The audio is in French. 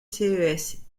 ces